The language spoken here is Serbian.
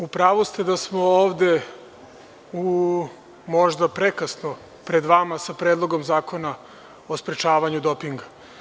U pravu ste da smo ovde možda prekasno pred vama sa Predlogom zakona o sprečavanju dopinga.